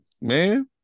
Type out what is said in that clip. Man